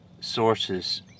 sources